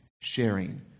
sharing